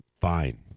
Fine